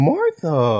Martha